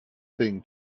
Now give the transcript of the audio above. thing